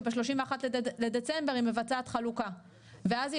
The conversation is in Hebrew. שב-31 בדצמבר היא מבצעת חלוקה ואז היא